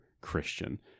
Christian